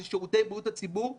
זה שירותי בריאות הציבור,